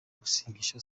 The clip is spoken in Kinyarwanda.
gusinyisha